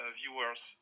viewers